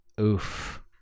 Oof